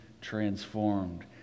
transformed